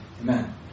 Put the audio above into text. Amen